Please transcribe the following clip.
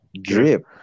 drip